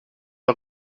est